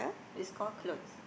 it's call clothes